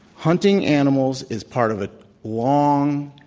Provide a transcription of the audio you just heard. hunting animals is part of a long,